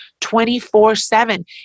24-7